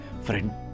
Friend